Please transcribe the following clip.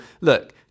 Look